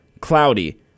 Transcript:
cloudy